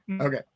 Okay